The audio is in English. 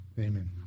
Amen